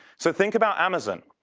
so think about amazon.